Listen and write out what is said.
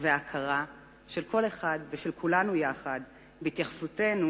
וההכרה של כל אחד ושל כולנו יחד בהתייחסותנו